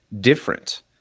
different